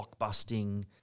blockbusting